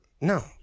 No